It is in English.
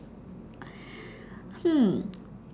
hmm